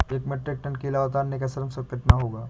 एक metric ton केला उतारने का श्रम शुल्क कितना होगा?